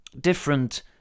different